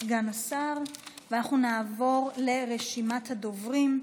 סגן השר, ואנחנו נעבור לרשימת הדוברים.